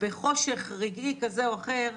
בחושך רגעי כזה או אחר,